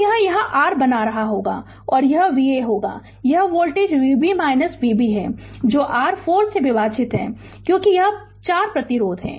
तो यह यहाँ r बना रहा होगा यह Va होगा यह वोल्टेज Vb Vb है जो r 4 से विभाजित है क्योंकि यह 4 प्रतिरोध है